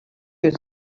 you